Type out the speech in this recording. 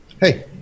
Hey